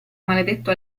maledetto